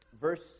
verse